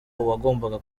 uwagombaga